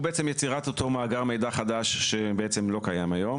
יצירת אותו מאגר מידע חדש שלא קיים היום,